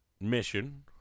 mission